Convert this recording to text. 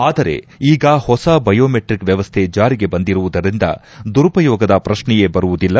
ಆದರೆ ಈಗ ಹೊಸ ಬಯೋಮಟ್ರಕ್ ವ್ಯವಸ್ಥೆ ಜಾರಿಗೆ ಬಂದಿರುವುದರಿಂದ ದುರುಪಯೋಗದ ಪ್ರಶ್ನೆಯೇ ಬರುವುದಿಲ್ಲ